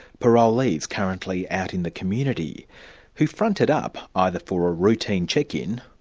parolees currently out in the community who fronted up either for a routine check-in,